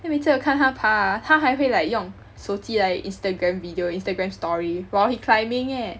因为每次我看他爬 ah 他还会 like 用手机来 Instagram video Instagram story while he climbing leh